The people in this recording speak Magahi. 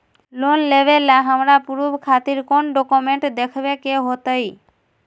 लोन लेबे ला हमरा प्रूफ खातिर कौन डॉक्यूमेंट देखबे के होतई?